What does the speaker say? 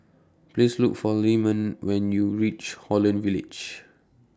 Please Look For Lyman when YOU REACH Holland Village